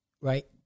right